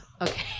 okay